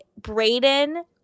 Brayden